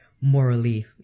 morally